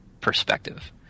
perspective